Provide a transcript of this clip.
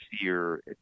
fear